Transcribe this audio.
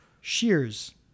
Shears